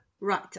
Right